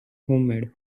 homemade